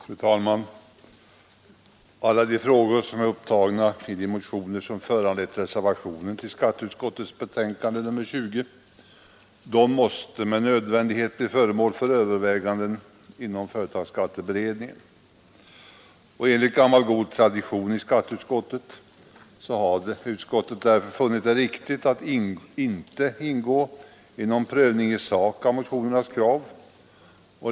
Fru talman! Alla de frågor som är upptagna i de motioner som föranlett reservationer till skatteutskottets betänkande nr 20 måste med nödvändighet bli föremål för överväganden inom företagsskatteberedningen. Enligt gammal god tradition i skatteutskottet har utskottet därför funnit det riktigt att inte ingå i prövning i sak av motionärernas krav.